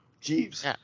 Jeeves